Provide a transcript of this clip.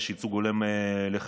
יש ייצוג הולם לחרדים.